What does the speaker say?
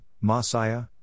Messiah